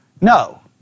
No